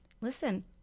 listen